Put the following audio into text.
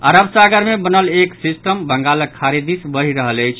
अरब सागर मे बनल एक सिस्टम बंगालक खाड़ी दिस बढ़ि रहल अछि